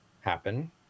happen